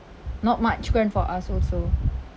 not much grant for us also